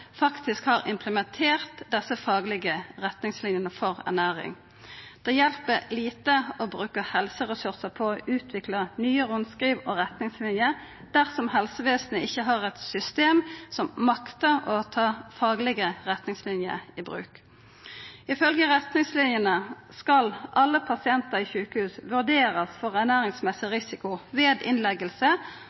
faktisk har implementert desse faglege retningslinjene for ernæring. Det hjelper lite å bruka helseressursar på å utvikla nye rundskriv og retningslinjer dersom helsevesenet ikkje har eit system som maktar å ta faglege retningslinjer i bruk. Ifølgje retningslinjene skal alle pasientar i sjukehus verta vurderte for ernæringsmessig risiko ved